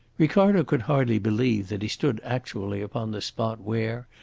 ricardo could hardly believe that he stood actually upon the spot where,